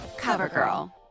CoverGirl